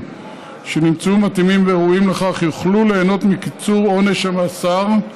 שנמצאו מתאימים וראויים לכך יוכלו ליהנות מקיצור עונש המאסר,